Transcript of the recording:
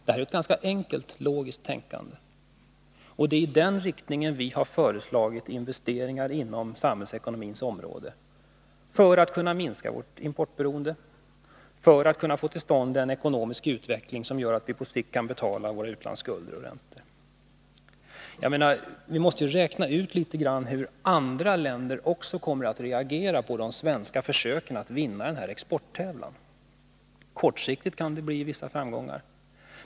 Det är ett ganska enkelt, logiskt tänkande. Och det är i den riktningen som vi har föreslagit investeringar på samhällsekonomins område, för att kunna minska vårt importberoende, för att kunna få till stånd en ekonomisk utveckling som gör att vi på sikt kan betala våra utlandsskulder och räntor. Vi måste också räkna litet grand med hur andra länder kommer att reagera på de svenska försöken att vinna denna exporttävlan. Kortsiktigt kan det bli vissa framgångar.